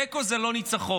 תיקו זה לא ניצחון.